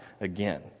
again